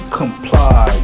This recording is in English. comply